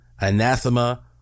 anathema